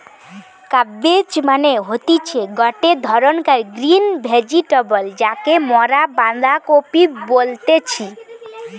cabbage মানে হতিছে গটে ধরণকার গ্রিন ভেজিটেবল যাকে মরা বাঁধাকপি বলতেছি